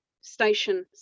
Station